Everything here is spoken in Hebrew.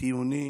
חיוני,